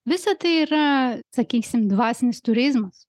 visa tai yra sakysim dvasinis turizmas